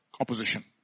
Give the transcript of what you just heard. opposition